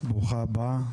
ברוכה הבאה.